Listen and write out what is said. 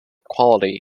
quality